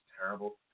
terrible